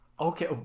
Okay